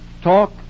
Talk